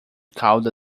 calda